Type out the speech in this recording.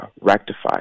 rectified